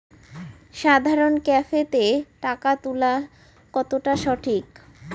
সাধারণ ক্যাফেতে টাকা তুলা কতটা সঠিক?